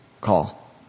call